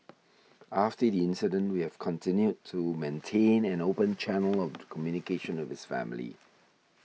after the incident we have continued to maintain an open channel of communication with his family